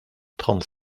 trente